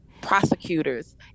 prosecutors